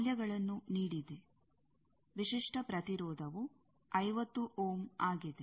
ಮೌಲ್ಯಗಳನ್ನು ನೀಡಿದೆ ವಿಶಿಷ್ಟ ಪ್ರತಿರೋಧವು 50 ಓಮ್ ಆಗಿದೆ